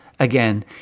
again